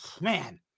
man